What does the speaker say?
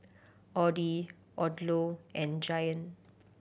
Audi Odlo and Giant